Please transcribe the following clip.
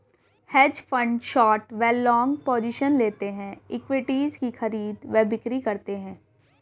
hedge fund short व long positions लेते हैं, इक्विटीज की खरीद व बिक्री करते हैं